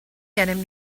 gennym